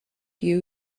you